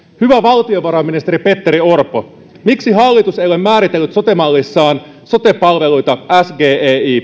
hyvä valtiovarainministeri petteri orpo miksi hallitus ei ole määritellyt sote mallissaan sote palveluita sgei